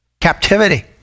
captivity